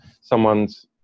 someone's